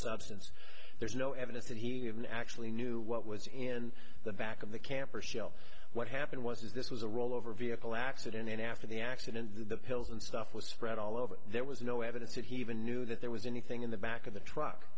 substance there's no evidence that he would actually knew what was in the back of the camper shell what happened was this was a rollover vehicle accident and after the accident the pills and stuff was spread all over there was no evidence that he even knew that there was anything in the back of the truck